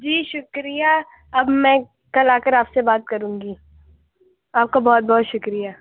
جی شُکریہ اب میں کل آکر آپ سے بات کروں گی آپ کا بہت بہت شُکریہ